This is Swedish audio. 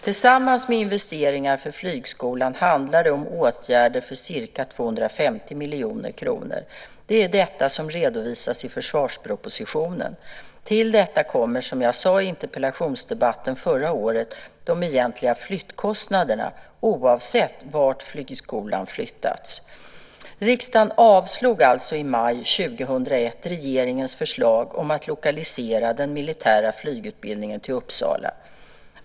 Tillsammans med investeringar för flygskolan handlar det om åtgärder för ca 250 miljoner kronor. Det är detta som redovisas i försvarspropositionen. Till detta kommer, som jag sade i interpellationsdebatten förra året, de egentliga flyttkostnaderna oavsett vart flygskolan flyttats. Riksdagen avslog alltså i maj 2001 regeringens förslag om att lokalisera den militära flygutbildningen till Uppsala.